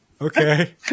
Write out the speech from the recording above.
Okay